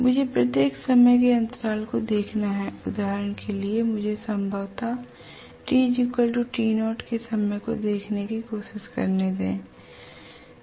मुझे प्रत्येक समय के अंतराल को देखना है उदाहरण के लिए मुझे संभवतः tt0 के समय को देखने की कोशिश करने दें